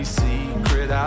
secret